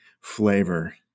flavor